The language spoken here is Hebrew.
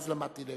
ומאז למדתי לקח.